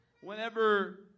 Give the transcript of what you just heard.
whenever